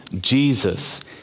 Jesus